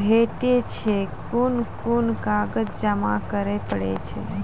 भेटै छै? कून कून कागज जमा करे पड़े छै?